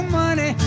money